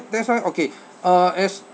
that's why okay uh as